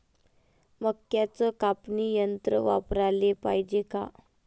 मक्क्याचं कापनी यंत्र वापराले पायजे का?